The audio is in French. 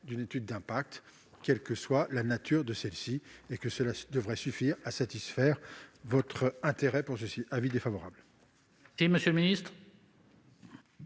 d'une étude d'impact, quelle que soit la nature de celle-ci. Cela devrait suffire à satisfaire votre intérêt pour cette question. Avis défavorable.